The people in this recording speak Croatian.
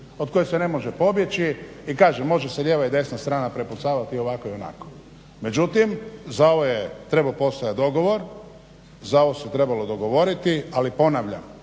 od koje se ne može pobjeći. I kažem, može se lijeva i desna strana prepucavati ovako i onako, međutim za ovo je trebao postojati dogovor, za ovo se trebalo dogovoriti ali ponavljam